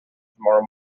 tomorrow